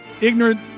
ignorant